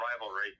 rivalry